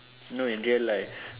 no in real life